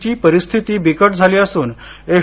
ची परिस्थिती बिकट झाली असून एस